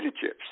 chips